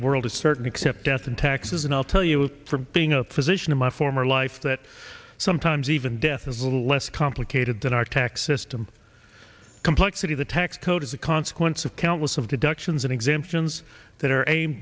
the world is certain except death and taxes and i'll tell you from being a physician in my former life that sometimes even death is a little less complicated than our tax system complexity the tax code is a consequence of countless of deductions and exemptions that are aim